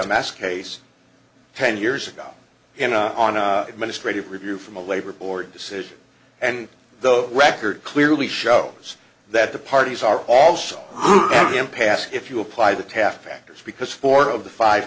c m s case ten years ago in a on a administrative review from a labor board decision and the record clearly show us that the parties are also the impasse if you apply the taft factors because four of the five